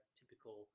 typical